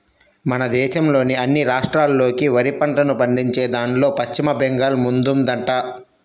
మన దేశంలోని అన్ని రాష్ట్రాల్లోకి వరి పంటను పండించేదాన్లో పశ్చిమ బెంగాల్ ముందుందంట